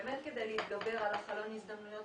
באמת כדי להתגבר על חלון ההזדמנויות